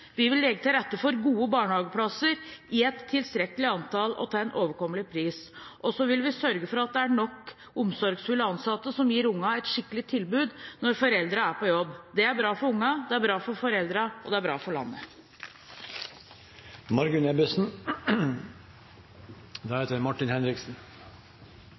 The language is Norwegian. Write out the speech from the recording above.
Vi vil legge til rette for gode barnehageplasser i et tilstrekkelig antall og til en overkommelig pris. Og vi vil sørge for at det er nok omsorgsfulle ansatte til å gi ungene et skikkelig tilbud når foreldrene er på jobb. Det er bra for ungene, det er bra for foreldrene, og det er bra for landet.